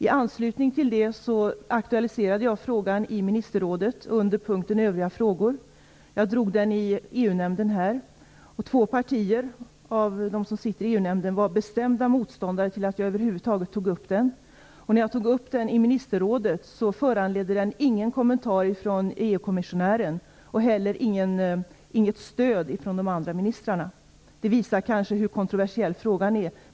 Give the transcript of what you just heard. I anslutning till det aktualiserade jag frågan i ministerrådet under punkten övriga frågor. Jag drog den i EU-nämnden här. Två partier av de som sitter i EU nämnden var bestämda motståndare till att jag över huvud taget tog upp den. När jag tog upp den i ministerrådet föranledde den ingen kommentar ifrån EU kommissionären, och inte heller något stöd ifrån de andra ministrarna. Det visar kanske hur kontroversiell frågan är.